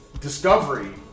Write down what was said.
Discovery